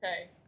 okay